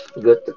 good